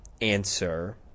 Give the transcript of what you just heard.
answer